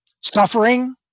suffering